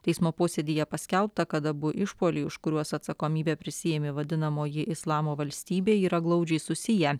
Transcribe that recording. teismo posėdyje paskelbta kad abu išpuoliai už kuriuos atsakomybę prisiėmė vadinamoji islamo valstybė yra glaudžiai susiję